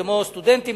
כמו למשל סטודנטים,